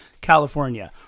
California